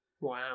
Wow